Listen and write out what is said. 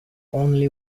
only